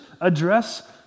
address